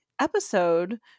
episode